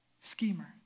Schemer